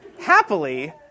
Happily